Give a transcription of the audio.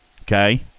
okay